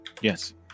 yes